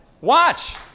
Watch